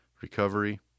recovery